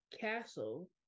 castle